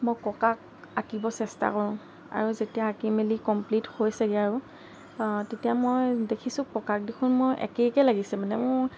মই ককাক আঁকিব চেষ্টা কৰোঁ আৰু যেতিয়া আঁকি মেলি কমপ্লিট হৈছেগৈ আৰু তেতিয়া মই দেখিছোঁ ককাক দেখোন মই একে একেই লাগিছে মানে